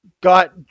got